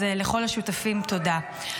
אז לכל השותפים, תודה.